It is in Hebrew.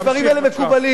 הדברים האלה מקובלים.